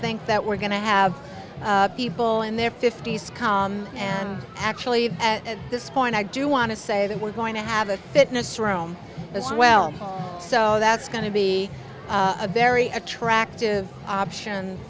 think that we're going to have people in their fifty's and actually at this point i do want to say that we're going to have a fitness room as well so that's going to be a very attractive option